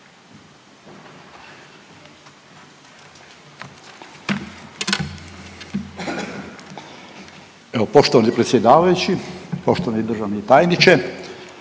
Evo poštovani predsjedavajući, poštovani državni tajniče,